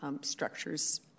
structures